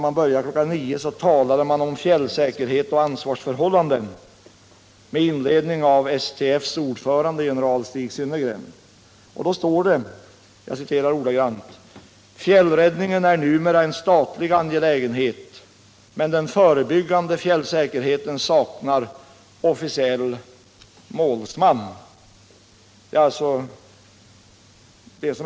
Man skall tala om fjällsäkerhet och ansvarsförhållanden, med inledning av STF:s ordförande general Stig Synnergren. Och det står följande: Fjällsäkerheten är numera en statlig angelägenhet men den förebyggande fjällsäkerheten saknar officiell målsman.